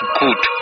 good